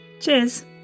Cheers